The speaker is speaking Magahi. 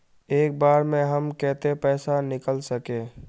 एक बार में हम केते पैसा निकल सके?